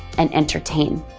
and entertain.